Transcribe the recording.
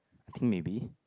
I think maybe